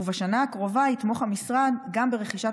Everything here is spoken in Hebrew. ובשנה הקרובה יתמוך המשרד גם ברכישת